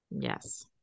Yes